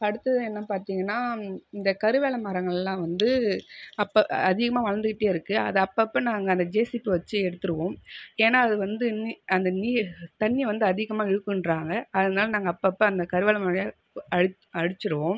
அடுத்தது என்ன பார்த்திங்கன்னா இந்த கருவேல மரங்களைலாம் வந்து அப்போ அதிகமாக வளந்துக்கிட்டே இருக்கு அதை அப்பப்போ நாங்கள் ஜெசிபி வச்சு எடுத்துடுவோம் ஏன்னா அது வந்து நீ அந்த நீர் தண்ணியை வந்து அதிகமாக இழுக்குன்றாங்க அதனால் நாங்க அப்போ அப்போ அந்த கருவேல மர அழிச் அழிச்சிவிடுவோம்